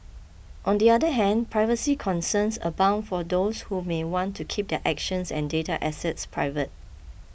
on the other hand privacy concerns abound for those who may want to keep their actions and data assets private